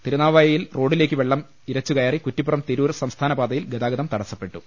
തിരുനാവായയിൽ റോഡി ലേക്ക് വെള്ളം ഇരിച്ചു കയറി കുറ്റിപ്പു റം തിരൂർ സംസ്ഥാനപാതയിൽ ഗതാഗതം തടസ്സപ്പെട്ടു